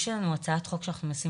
יש לנו הצעת חוק שאנחנו כרגע מנסים